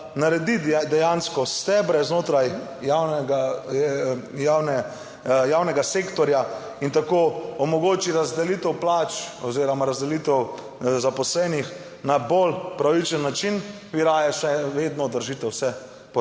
naredi dejansko stebre znotraj javnega sektorja in tako omogoči razdelitev plač oziroma razdelitev zaposlenih na bolj pravičen način vi raje še vedno držite vse pod eno